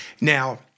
Now